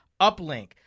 uplink